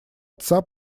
отца